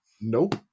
Nope